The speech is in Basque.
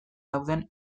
dauden